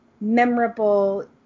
memorable